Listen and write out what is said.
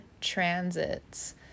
transits